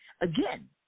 Again